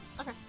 Okay